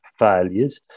Failures